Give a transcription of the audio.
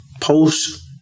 post